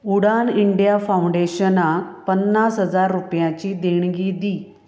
Udaan India फाउंडेशनाक पन्नास हजार रुपयाची देणगी दी